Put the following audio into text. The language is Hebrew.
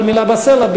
כל מילה בסלע,